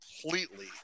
completely